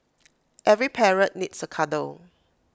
every parrot needs A cuddle